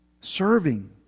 Serving